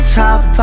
top